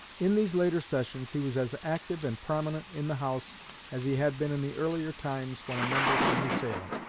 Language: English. in these later sessions he was as active and prominent in the house as he had been in the earlier times when a member from new salem.